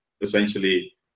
essentially